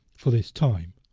for this time,